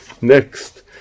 Next